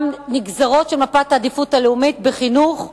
נגזרות של מפת העדיפות הלאומית בחינוך ובדיור.